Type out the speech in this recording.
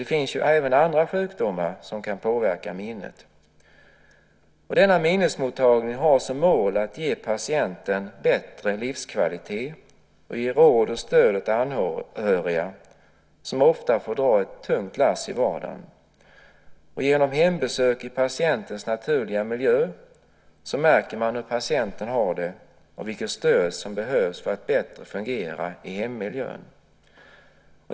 Det finns ju även andra sjukdomar som kan påverka minnet. Denna minnesmottagning har som mål att ge patienten bättre livskvalitet och ge råd och stöd åt anhöriga, som ofta får dra ett tungt lass i vardagen. Genom hembesök i patientens naturliga miljö märker man hur patienten har det och vilket stöd som behövs för att bättre fungera i hemmiljö.